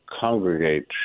Congregate